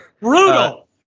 brutal